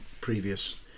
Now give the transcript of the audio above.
previous